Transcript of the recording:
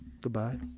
Goodbye